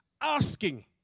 asking